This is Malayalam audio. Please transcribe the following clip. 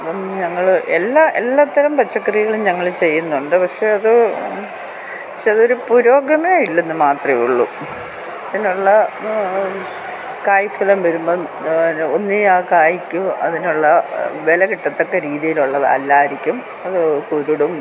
അപ്പം ഞങ്ങൾ എല്ലാ എല്ലാത്തരം പച്ചകറികളും ഞങ്ങൾ ചെയ്യുന്നുണ്ട് പക്ഷേ അത് പക്ഷേ അതൊരു പുരോഗമനമില്ലെന്ന് മാത്രമേ ഉള്ളു അതിനുള്ള കായ്ഫലം വരുമ്പം ഒന്നീ ആ കായ്ക്ക് അതിനുള്ള വില കിട്ടത്തക്ക രീതിയിലുള്ളത് അല്ലായിരിക്കും അത് കുരുടും